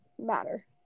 matter